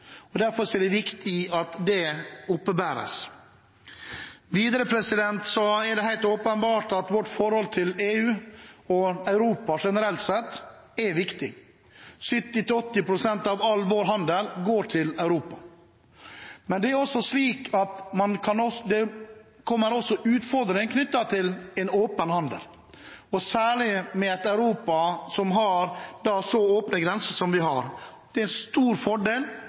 handel. Derfor er det viktig at den opprettholdes. Videre er det helt åpenbart at vårt forhold til EU og Europa generelt sett er viktig. 70–80 pst. av all vår handel går til Europa. Men det er også slik at det kommer utfordringer knyttet til en åpen handel, og særlig i et Europa som har så åpne grenser som vi har. Det er en stor fordel